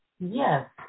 Yes